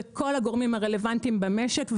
וכל הגורמים הרלוונטיים במשק.